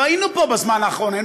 לא היינו פה בזמן האחרון,